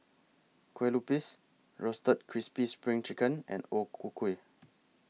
Kueh Lupis Roasted Crispy SPRING Chicken and O Ku Kueh